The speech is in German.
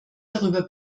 darüber